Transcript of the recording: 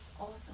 awesome